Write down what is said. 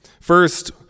First